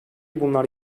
bunlar